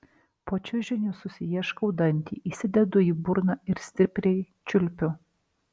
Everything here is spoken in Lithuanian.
po čiužiniu susiieškau dantį įsidedu į burną ir stipriai čiulpiu